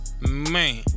Man